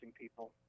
people